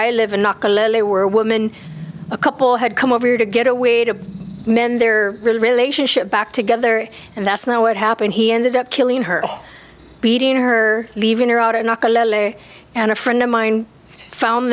a woman a couple had come over to get away to mend their relationship back together and that's not what happened he ended up killing her beating her leaving her out and and a friend of mine found